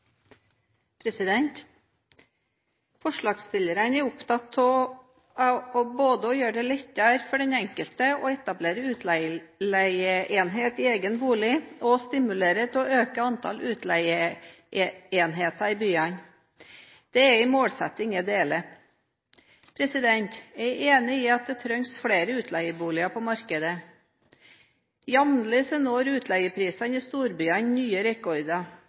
opptatt av både å gjøre det lettere for den enkelte å etablere utleieenhet i egen bolig og å stimulere til å øke antall utleieenheter i byene. Det er en målsetting jeg deler. Jeg er enig i at det trengs flere utleieboliger på markedet. Jevnlig når utleieprisene i storbyene nye rekorder.